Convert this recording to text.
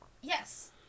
yes